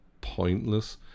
pointless